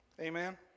Amen